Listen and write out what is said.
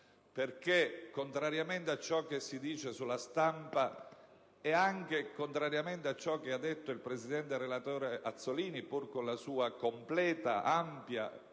perché, contrariamente a ciò che si dice sulla stampa e a ciò che ha detto il presidente relatore Azzollini, pur con la sua completa, ampia e, come